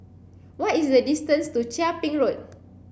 what is the distance to Chia Ping Road